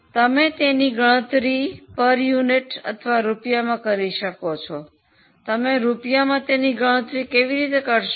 તમે તેની ગણતરી એકમો અથવા રૂપિયામાં કરી શકો છો તમે રૂપિયામાં તેની ગણતરી કેવી રીતે કરશો